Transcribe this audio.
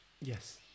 Yes